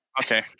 okay